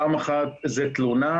פעם אחת זה תלונה,